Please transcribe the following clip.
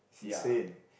insane